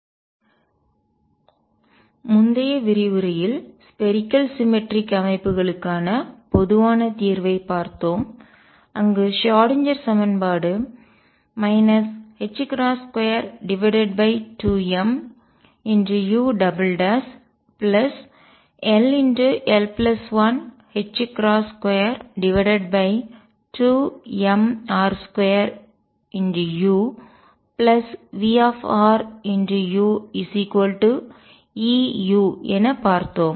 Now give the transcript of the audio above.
hydrogen அணுவிற்கான wave பங்ஷன்னின் அலை செயல்பாடு ரேடியல் காம்போனென்ட் கூறு க்கான தீர்வு முந்தைய விரிவுரையில் ஸ்பேரிக்கல் சிமெட்ரிக் கோள சமச்சீர் அமைப்புகளுக்கான பொதுவான தீர்வைப் பார்த்தோம் அங்கு ஷ்ராடின்ஜெர் சமன்பாடு 22mull122mr2uVruEu என பார்த்தோம்